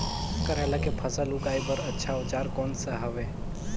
करेला के फसल उगाई बार अच्छा औजार कोन सा हवे?